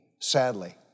sadly